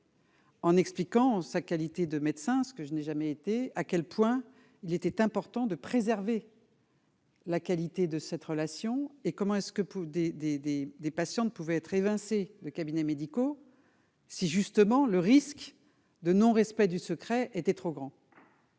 En expliquant sa qualité de médecin, ce que je n'ai jamais été à quel point il était important de préserver. La qualité de cette relation et comment est-ce que pour des, des, des, des patients ne pouvait être évincé de cabinets médicaux si justement le risque de non-respect du secret était trop grand,